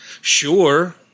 Sure